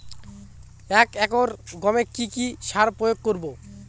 এক একর গমে কি কী সার প্রয়োগ করব?